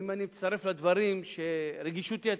רגישות יתר.